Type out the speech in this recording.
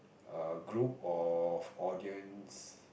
a group of audience